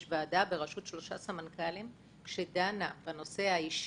יש ועדה בראשות שלושה סמנכ"לים שדנה בנושא האישי,